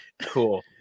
Cool